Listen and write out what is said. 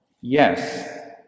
Yes